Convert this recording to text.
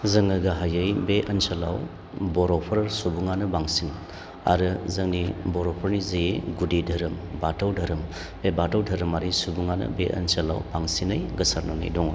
जोङो गाहायै बे ओनसोलाव बर'फोर सुबुङानो बांसिन आरो जोंनि बर'फोरनि जि गुदि धोरोम बाथौ धोरोम बे बाथौ धोरोमारि सुबुङा बे ओनसोलाव बांसिनै गोसारनानै दङ